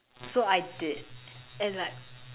so I did and like